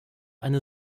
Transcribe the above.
eine